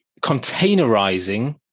containerizing